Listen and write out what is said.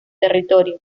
territorio